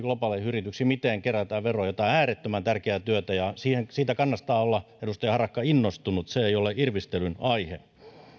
globaaleihin yrityksiin miten kerätään veroja tämä on äärettömän tärkeää työtä ja siitä kannattaa olla edustaja harakka innostunut se ei ole irvistelyn aihe